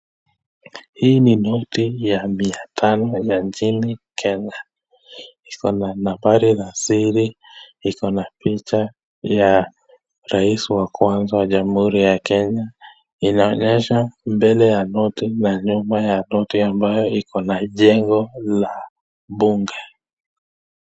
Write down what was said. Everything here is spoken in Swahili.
Hii ni noti ya mia tano ya nchini kenya, iko na nambari za siri, iko na picha ya rais wa kwanza wa jamhuri ya kenya. Inaonyesha mbele ya noti na nyuma ya noti ambayo iko na jengo la bunge.